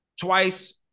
twice